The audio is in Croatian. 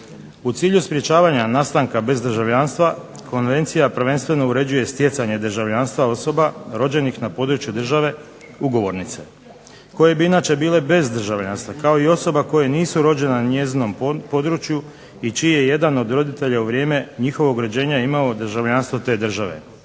U cilju sprječavanja nastanka bez državljanstva Konvencija prvenstveno uređuje stjecanje državljanstva osoba rođenih na području države ugovornice koje bi inače bile bez državljanstva kao i osoba koje nisu rođene na njezinom području i čiji je jedan od roditelja u vrijeme njihovog rođenja imao državljanstvo te države.